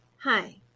Hi